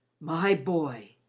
my boy!